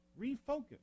Refocus